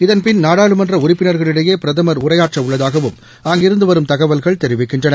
இதன் பின் நாடாளுமன்ற உறுப்பினர்களிடையே பிரதமர் உரையாற்ற உள்ளதாகவும் அங்கிருந்து வரும் தகவல்கள் தெரிவிக்கின்றன